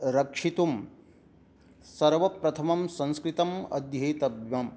रक्षितुं सर्वप्रथमं संस्कृतम् अध्येतव्यम्